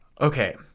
Okay